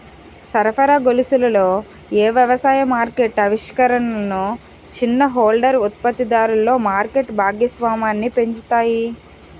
సరఫరా గొలుసులలో ఏ వ్యవసాయ మార్కెట్ ఆవిష్కరణలు చిన్న హోల్డర్ ఉత్పత్తిదారులలో మార్కెట్ భాగస్వామ్యాన్ని పెంచుతాయి?